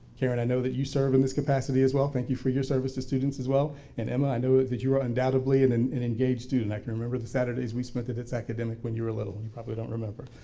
karen i know that you serve in this capacity as well, thank you for your service to students as well, and emma i know that you are undoubtedly and an an engaged student. i can remember the saturdays we spent at it's academic when you were a little and you probably don't remember.